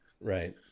Right